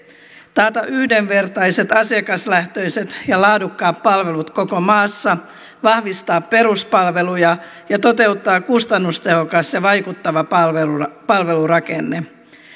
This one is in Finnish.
taata yhdenvertaiset asiakaslähtöiset ja laadukkaat palvelut koko maassa vahvistaa peruspalveluja ja toteuttaa kustannustehokas ja vaikuttava palvelurakenne palvelurakenne